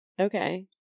Okay